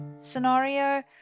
scenario